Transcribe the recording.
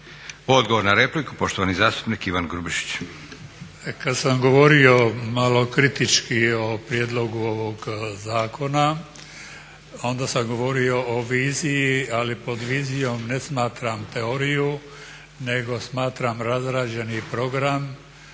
Odgovor na repliku poštovani zastupnik Ivan Grubišić. **Grubišić, Ivan (Nezavisni)** E kada sam govorio malo kritički o prijedlogu ovog zakona onda sam govorio o viziji ali pod vizijom ne smatram teoriju nego smatram razrađeni program